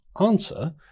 answer